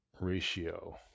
ratio